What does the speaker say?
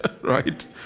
right